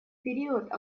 период